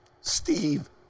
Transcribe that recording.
Steve